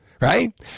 right